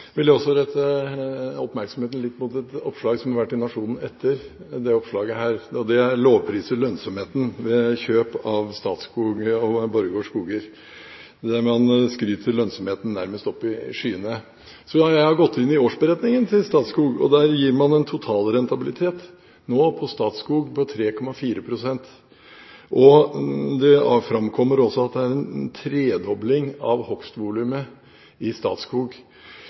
også rette oppmerksomheten mot et oppslag som har vært i Nationen etter dette oppslaget, som lovpriser lønnsomheten ved Statskogs kjøp av Borregaard Skoger, der man skryter lønnsomheten nærmest opp i skyene. Jeg har gått inn i årsberetningen til Statskog, og der gir man en totalrentabilitet på Statskog nå på 3,4 pst. Det framkommer også at det er en tredobling av hogstvolumet i Statskog.